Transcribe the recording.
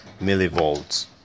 millivolts